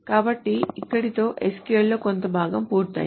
కాబట్టి ఇక్కడితో SQL లో కొంత భాగం పూర్తి అయింది